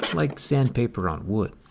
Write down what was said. like sandpaper on wood.